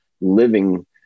living